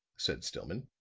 said stillman.